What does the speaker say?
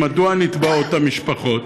מדוע נתבעות המשפחות?